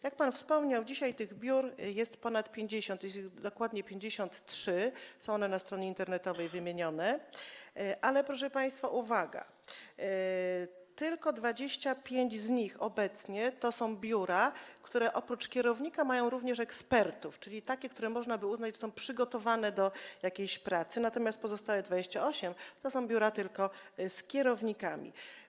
Jak pan wspomniał, dzisiaj tych biur jest ponad 50, dokładnie 53, są one na stronie internetowej, ale, proszę państwa, uwaga, tylko 25 z nich obecnie to są biura, które oprócz kierownika mają również ekspertów, czyli takie, które można by uznać, że są przygotowane do jakiejś pracy, natomiast pozostałych 28 biur to są biura tylko z kierownikami.